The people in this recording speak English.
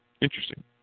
interesting